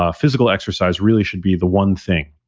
ah physical exercise really should be the one thing.